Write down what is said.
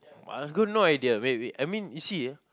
I got no idea wait wait I mean you see ah